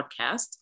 podcast